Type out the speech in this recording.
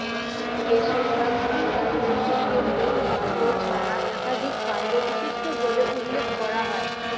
বেশিরভাগ সংজ্ঞায় গুল্মকে মূল কাণ্ড ছাড়া একাধিক কাণ্ড বিশিষ্ট বলে উল্লেখ করা হয়